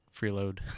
freeload